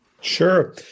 Sure